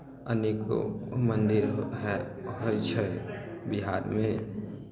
अनेको मन्दिर हए होइ छै बिहारमे